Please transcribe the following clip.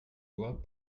lois